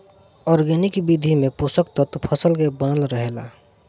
organic विधि में पोषक तत्व फसल के बनल रहेला